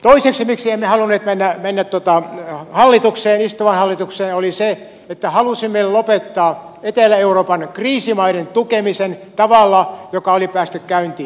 toiseksi miksi emme halunneet mennä hallitukseen istuvaan hallitukseen syy oli se että halusimme lopettaa etelä euroopan kriisimaiden tukemisen tavalla joka oli päässyt käyntiin